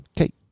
Okay